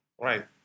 Right